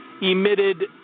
emitted